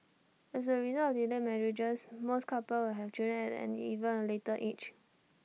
as A result of delayed marriages most couples will have children at an even later age